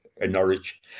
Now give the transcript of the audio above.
Norwich